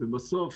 ובסוף,